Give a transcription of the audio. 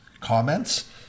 comments